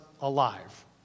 alive